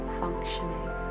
functioning